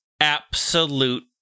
absolute